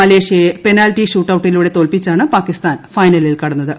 മലേഷ്യയെ penalty shoot ഔട്ടിലൂടെ തോൽപ്പിച്ചാണ് പാക്കിസ്ഥാൻ ഫൈന്റ്ലിൽ കടന്നത്